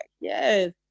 yes